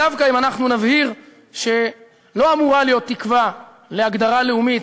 דווקא אם אנחנו נבהיר שלא אמורה להיות תקווה להגדרה לאומית,